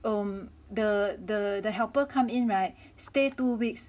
um the the helper come in [right] stay two weeks